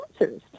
answers